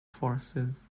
forces